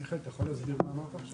מיכאל, אתה יכול להסביר מה אמרת עכשיו?